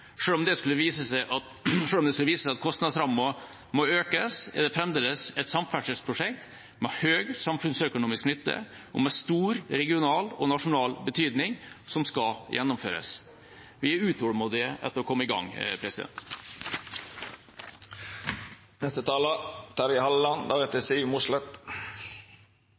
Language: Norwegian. om det skulle vise seg at kostnadsrammen må økes, er det fremdeles et samferdselsprosjekt med høy samfunnsøkonomisk nytte og med stor regional og nasjonal betydning som skal gjennomføres. Vi er utålmodige etter å komme i gang.